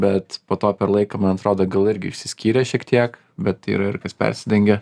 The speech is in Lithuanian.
bet po to per laiką man atrodo gal irgi išsiskyrė šiek tiek bet yra ir kas persidengia